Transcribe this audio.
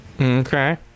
Okay